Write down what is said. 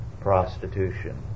prostitution